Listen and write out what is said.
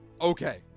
okay